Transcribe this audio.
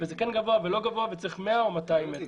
ואם הוא גבוה או לא ואם צריך 100 או 200 מטר.